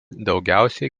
daugiausiai